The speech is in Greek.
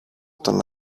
τον